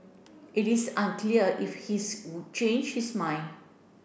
it is unclear if his would change his mind